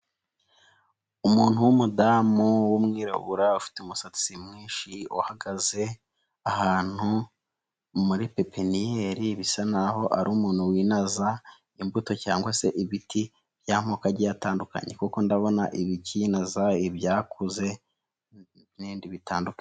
Umuntu w'umudamu w'umwirabura, ufite umusatsi mwinshi, uhagaze ahantu muri pipiniyeri, bisa n'aho ari umuntu winaza imbuto cyangwa se ibiti by'amoko atandukanye, kuko ndabona ibikiza, ibyakuze n'ibindi bitandukanye.